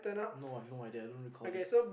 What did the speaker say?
no I have no idea I don't recall this